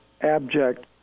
abject